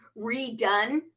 redone